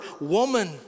woman